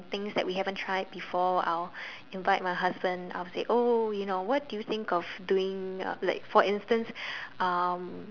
things that we haven't tried before I'll invite my husband I would say oh you know what do you think of doing uh like for instance um